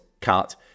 cut